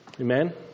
Amen